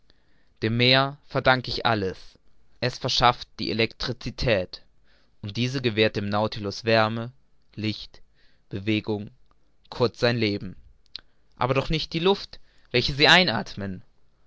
dem meer verdank ich alles es verschafft die elektricität und diese gewährt dem nautilus wärme licht bewegung kurz sein leben aber doch nicht die luft welche sie einathmen